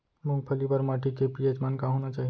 मूंगफली बर माटी के पी.एच मान का होना चाही?